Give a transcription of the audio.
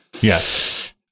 yes